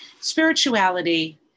Spirituality